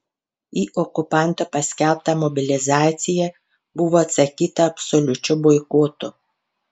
į okupanto paskelbtą mobilizaciją buvo atsakyta absoliučiu boikotu